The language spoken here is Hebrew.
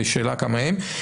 והשאלה כמה הם.